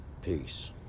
Peace